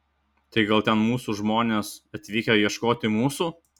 tai gal ten mūsų žmonės atvykę ieškoti mūsų